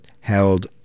held